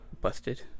Busted